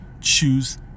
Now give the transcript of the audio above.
choose